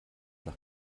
nach